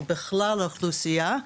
או בכלל האוכלוסייה,